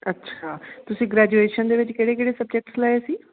ਅੱਛਾ ਤੁਸੀਂ ਗ੍ਰੈਜੂਏਸ਼ਨ ਦੇ ਵਿੱਚ ਕਿਹੜੇ ਕਿਹੜੇ ਸਬਜੈਕਟਸ ਲਏ ਸੀ